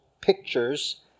pictures